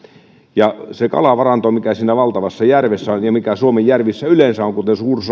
ja se kalavaranto mikä siinä valtavassa järvessä on ja mikä suomen järvissä yleensä on kuten suur